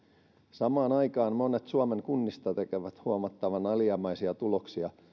samaan aikaan monet suomen kunnista tekevät huomattavan alijäämäisiä tuloksia